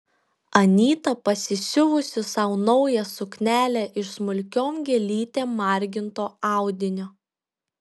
anyta pasisiuvusi sau naują suknelę iš smulkiom gėlytėm marginto audinio